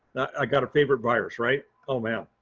i got a favorite virus. right? oh, man.